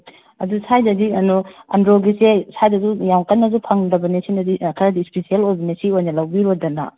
ꯑꯗꯨ ꯁ꯭ꯋꯥꯏꯗꯗꯤ ꯀꯩꯅꯣ ꯑꯟꯗ꯭ꯔꯣꯒꯤꯁꯦ ꯁ꯭ꯋꯥꯏꯗꯁꯨ ꯌꯥꯝ ꯀꯟꯅꯁꯨ ꯐꯪꯗꯕꯅꯦ ꯁꯤꯅꯗꯤ ꯈꯔꯗꯤ ꯏꯁꯄꯤꯁ꯭ꯌꯦꯜ ꯑꯣꯏꯕꯅꯦ ꯁꯤ ꯑꯣꯏꯅ ꯂꯧꯕꯤꯔꯣꯗꯅ